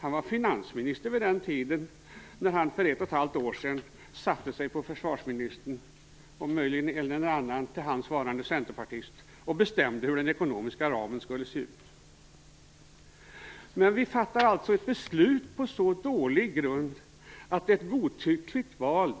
Han var finansminister vid den tiden när han för ett och ett halvt år sedan satte sig på försvarsministern, möjligen med en eller annan centerpartist till hands, och bestämde hur den ekonomiska ramen skulle se ut. Vi fattar alltså ett beslut på så dålig grund att det är en godtyckligt vald